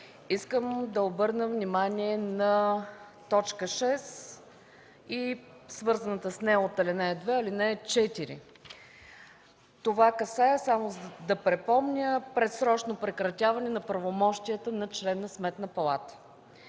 искам да обърна внимание на т. 6 и свързаната с нея от ал. 2 – ал. 4. Това се отнася, само да припомня, за предсрочно прекратяване на правомощията на член на Сметната палата.